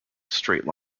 straight